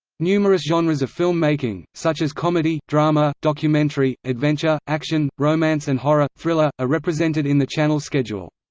numerous genres of film-making such as comedy, drama, documentary, adventure action, romance and horror thriller are represented in the channel's schedule.